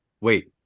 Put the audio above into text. Wait